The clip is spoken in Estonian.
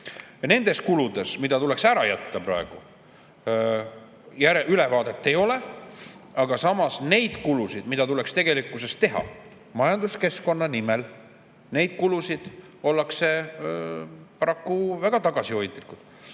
Nendest kuludest, mida tuleks ära jätta praegu, ülevaadet ei ole. Aga samas nende kuludega, mida tuleks tegelikkuses teha majanduskeskkonna nimel, ollakse paraku väga tagasihoidlikud.